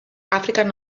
afrikan